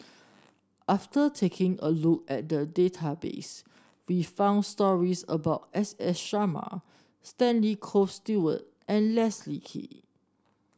after taking a look at the database we found stories about S S Sarma Stanley Toft Stewart and Leslie Kee